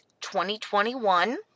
2021